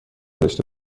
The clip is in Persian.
داشته